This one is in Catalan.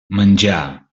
menjar